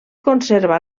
conserva